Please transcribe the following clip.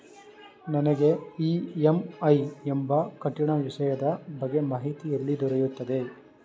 ನನಗೆ ಇ.ಎಂ.ಐ ಎಂಬ ಕಠಿಣ ವಿಷಯದ ಬಗ್ಗೆ ಮಾಹಿತಿ ಎಲ್ಲಿ ದೊರೆಯುತ್ತದೆಯೇ?